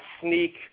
sneak